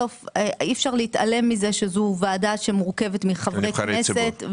אי אפשר להתעלם מזה שהיא מורכבת מחברי כנסת,